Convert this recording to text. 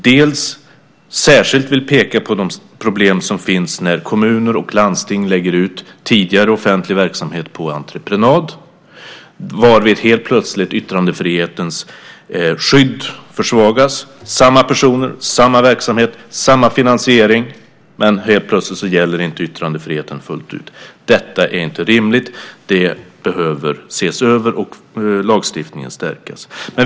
Reservanterna vill peka på de problem som finns när kommuner och landsting lägger ut tidigare offentlig verksamhet på entreprenad varvid helt plötsligt yttrandefrihetens skydd försvagas - alltså samma personer, samma verksamhet och samma finansiering, men helt plötsligt gäller inte yttrandefriheten fullt ut. Detta är inte rimligt, utan detta behöver ses över och lagstiftningen stärkas.